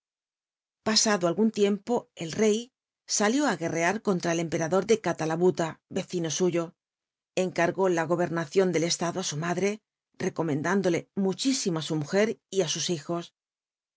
jlasado alguu tiempo el rey salió á guerrear contra el emperador de canlalabu la vecino suyo encargó la gobernacion del estado á su madre recomendándole muchísimo á su mujer y usus bijos